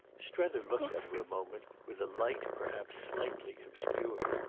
strether looked at her a moment with a light perhaps slightly obscured.